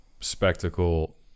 spectacle